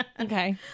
okay